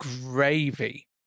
gravy